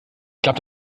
glaube